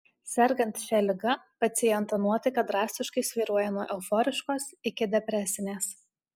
sergant šia liga paciento nuotaika drastiškai svyruoja nuo euforiškos iki depresinės